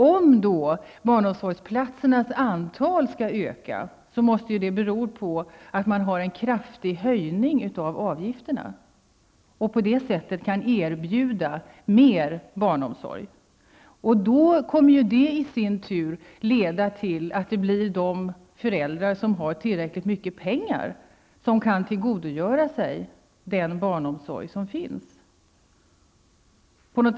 Om barnomsorgsplatsernas antal skall öka måste det bero på att man gör en kraftig höjning av avgifterna och på det sättet kan erbjuda mer barnomsorg. Det kommer i sin tur att leda till att det blir de föräldrar som har tillräckligt mycket pengar som kan tillgodogöra sig den barnomsorg som finns.